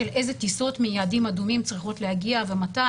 של איזה טיסות מיעדים אדומים צריכות להגיע ומתי.